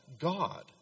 God